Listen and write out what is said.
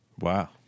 Wow